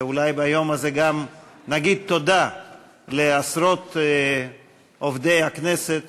ואולי ביום הזה גם נגיד תודה לעשרות עובדי הכנסת